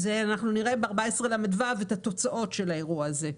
אנחנו נראה בסעיף 14 לו את התוצאות של האירוע הזה.